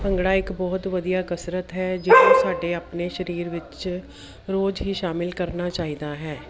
ਭੰਗੜਾ ਇੱਕ ਬਹੁਤ ਵਧੀਆ ਕਸਰਤ ਹੈ ਜੋ ਸਾਡੇ ਆਪਣੇ ਸਰੀਰ ਵਿੱਚ ਰੋਜ਼ ਹੀ ਸ਼ਾਮਲ ਕਰਨਾ ਚਾਹੀਦਾ ਹੈ